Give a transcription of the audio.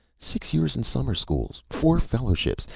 six years in summer schools. four fellowships.